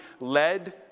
led